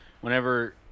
whenever